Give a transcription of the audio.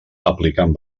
aplicant